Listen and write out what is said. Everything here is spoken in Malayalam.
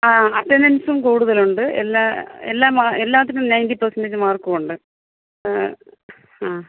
ആ അറ്റൻ്റൻസും കൂടുതലുണ്ട് എല്ലാ എല്ലാം എല്ലാത്തിനും നയൻ്റി പേഴ്സൻ്റേജ് മാർക്കുമുണ്ട് ആ